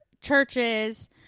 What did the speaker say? churches